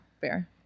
fair